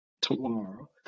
tomorrow